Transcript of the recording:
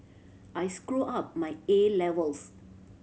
I screw up my A levels